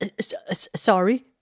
sorry